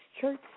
church